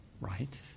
right